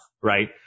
right